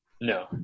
No